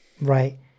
right